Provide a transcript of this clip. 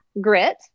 Grit